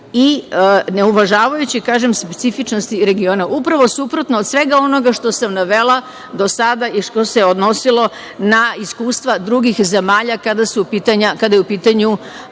i ne uvažavajući, kažem, specifičnosti regiona. Upravo suprotno od svega onoga što sam navela do sada i što se odnosilo na iskustva drugih zemalja kada je u pitanju